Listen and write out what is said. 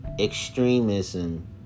extremism